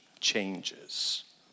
changes